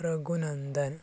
Raghunandan